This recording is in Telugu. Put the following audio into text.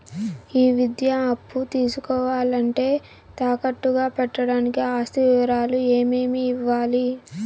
ఈ విద్యా అప్పు తీసుకోవాలంటే తాకట్టు గా పెట్టడానికి ఆస్తి వివరాలు ఏమేమి ఇవ్వాలి?